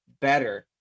better